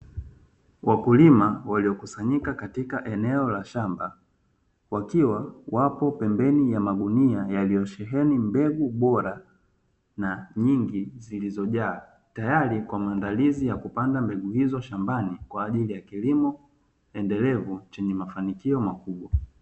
Wakulima waliokusanyika katika eneo la shamba wakiwa wapo pembeni ya magunia yaliosheheni mbegu bora na nyingi zilizo jaa tayari kwa maandalizi ya kupanda mbegu hizo shambani kwa ajili ya kilimo endelevu chenye mafanikio makubwa.